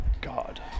God